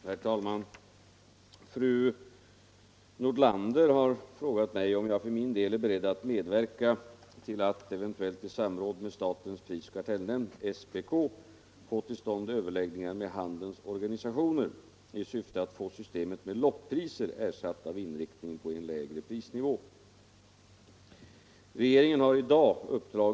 Konsumenterna uppvaktas då och då med reklammaterial av typen ”rabattcheckar”, som sammanlagt beräknas ge dryga tusenlappen i förtjänst vid inköp av vissa varor. Tidningarnas heloch halvsidesannonser reklamerar för s.k. extrapriser. Från handelns sida har emellertid uppgivits att systemet med lockpriser i verkligheten är fördyrande för konsumenterna. Det är de som får betala de dryga reklamkostnaderna.